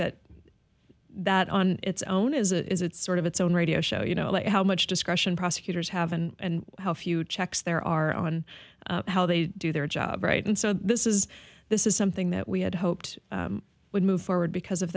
that that on its own as it is it's sort of it's own radio show you know how much discussion prosecutors haven't and how few checks there are on how they do their job right and so this is this is something that we had hoped would move forward because of